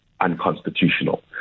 unconstitutional